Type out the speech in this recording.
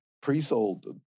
pre-sold